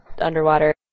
underwater